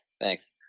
thanks